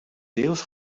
deels